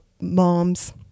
moms